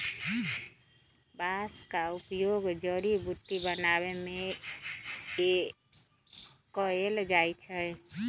बांस का उपयोग जड़ी बुट्टी बनाबे में कएल जाइ छइ